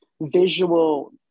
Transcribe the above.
visual